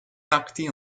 partis